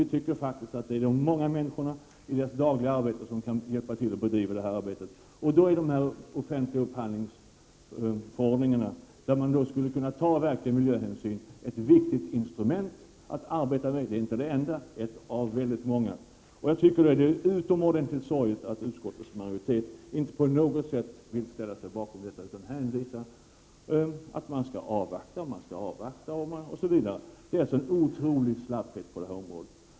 Vi anser att de många människorna i sitt dagliga arbete kan hjälpa till att bedriva det här arbetet. En offentlig upphandlingsförordning i vilken man tar ordentliga miljöhänsyn är ett viktigt instrument att arbeta med. Men det är inte det enda instrumentet, utan ett av väldigt många. Det är utomordentligt sorgligt att utskottets majoritet inte på något sätt vill ställa sig bakom detta utan hänvisar till att man skall avvakta. Det är en otrolig slapphet på det här området.